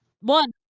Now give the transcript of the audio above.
one